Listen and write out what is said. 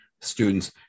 students